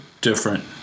different